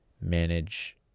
manage